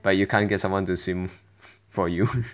but you can't get someone to swim for you